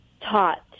taught